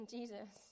Jesus